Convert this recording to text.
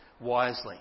wisely